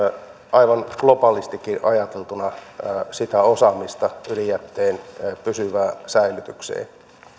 aivan globaalistikin ajateltuna sitä osaamista ydinjätteen pysyvään säilytykseen